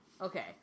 Okay